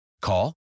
Call